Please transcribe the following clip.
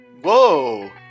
Whoa